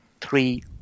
three